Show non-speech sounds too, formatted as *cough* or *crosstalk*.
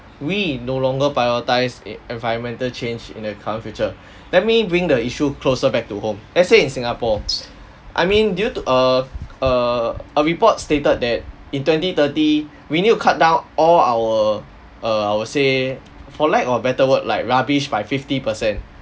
we no longer prioritise e~ environmental change in the current future *breath* let me bring the issue closer back to home let's say in singapore I mean due to err err a report stated that in twenty-thirty *breath* we need to cut down all our err I will say for lack of a better word like rubbish by fifty per cent